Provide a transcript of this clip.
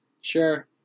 Sure